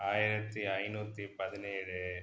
ஆயிரத்து ஐநூற்றி பதினேழு